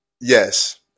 Yes